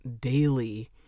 daily